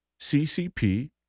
CCP